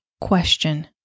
question